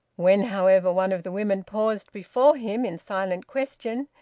when, however, one of the women paused before him in silent question,